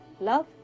Love